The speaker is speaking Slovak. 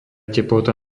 teplota